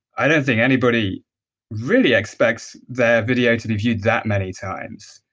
i don't think anybody really expects their video to be viewed that many times.